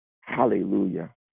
Hallelujah